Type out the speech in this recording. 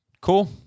Cool